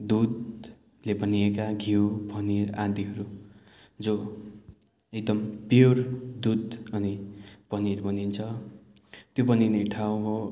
दुधले बनिएका घिउ पनिर आदिहरू जो एकदम प्युर दुध अनि पनिर बनिन्छ त्यो बनिने ठाउँ हो